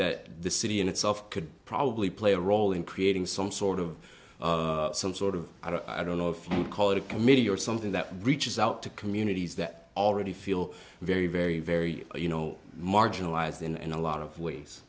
that the city in itself could probably play a role in creating some sort of some sort of i don't know if you would call it a committee or something that reaches out to communities that already feel very very very you know marginalized in a lot of ways